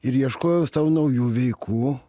ir ieškojau sau naujų veikų